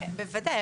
בוודאי.